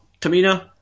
Tamina